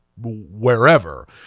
wherever